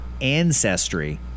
ancestry